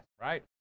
right